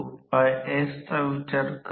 म्हणूनदरम्यानचा r आणि F2 जे स्थिर असतात